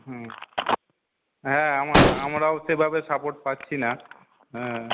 হুম হ্যাঁ আমা আমরাও সেভাবে সাপোর্ট পাচ্ছি না হ্যাঁ